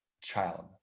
child